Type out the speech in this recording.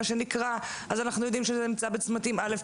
אנחנו יודעים שזה נמצא בצמתים א',